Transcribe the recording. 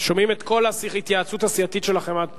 שומעים את כל ההתייעצות הסיעתית שלכם עד פה.